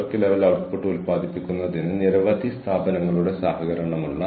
recording ഓഫീസിൽ ഇരിക്കുന്ന ജോലിക്കാർ ശ്രദ്ധിക്കേണ്ടതില്ല